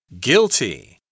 guilty